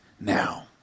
now